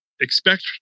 expect